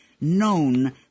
known